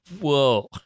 whoa